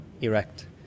erect